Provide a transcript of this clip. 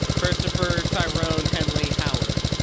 christopher tyrone henley howard.